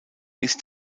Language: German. ist